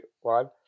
one